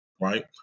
right